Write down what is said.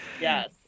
Yes